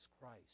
Christ